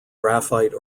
graphite